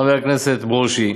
חבר הכנסת ברושי,